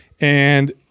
and-